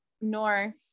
North